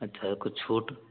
अच्छा कुछ छूट